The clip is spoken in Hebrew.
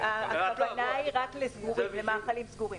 --- הכוונה היא רק למאכלים סגורים.